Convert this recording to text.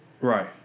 Right